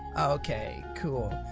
ok cool.